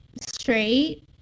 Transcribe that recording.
straight